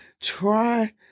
Try